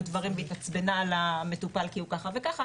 דברים והתעצבנה על המטופל כי הוא ככה וככה,